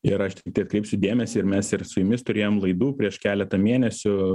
ir aš tiktai atkreipsiu dėmesį ir mes ir su jumis turėjom laidų prieš keletą mėnesių